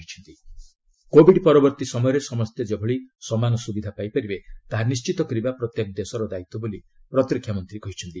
covid ପରବର୍ତ୍ତୀ ସମୟରେ ସମସ୍ତେ ଯେପରି ସମାନ ସ୍ତବିଧା ପାଇପାରିବେ ତାହା ନିଶ୍ଚିତ କରିବା ପ୍ରତ୍ୟେକ ଦେଶର ଦାୟିତ୍ୱ ବୋଲି ପ୍ରତିରକ୍ଷାମନ୍ତ୍ରୀ କହିଛନ୍ତି